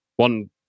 One